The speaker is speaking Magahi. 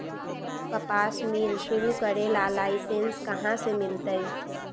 कपास मिल शुरू करे ला लाइसेन्स कहाँ से मिल तय